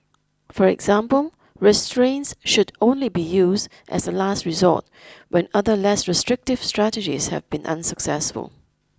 for example restraints should only be used as a last resort when other less restrictive strategies have been unsuccessful